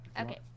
Okay